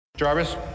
Jarvis